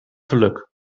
geluk